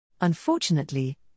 Unfortunately